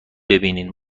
ببینین